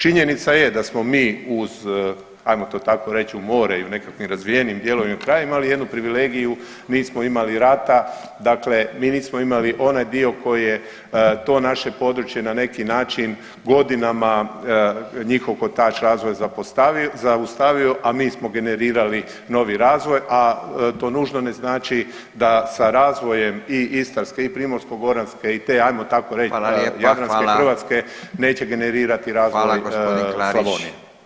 Činjenica je da smo mi uz ajmo to tako reći u more ili nekakvim razvijenijim dijelovima ili krajevima ali jednu privilegiju nismo imali rata, dakle mi niti smo imali onaj dio koje je to naše područje na neki način godinama njihov kotač razvoja zaustavio, a mi smo generirali novi razvoj, a to nužno ne znači da sa razvojem i Istarske i Primorsko-goranske i te ajmo tako reći [[Upadica Radin: Hvala lijepa, hvala.]] Jadranske Hrvatske neće generirati razvoj [[Upadica Radin: Hvala g. Klarić.]] Slavonije.